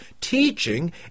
teaching